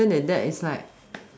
other than that is like